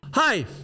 Hi